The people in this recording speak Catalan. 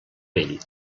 vell